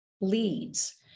leads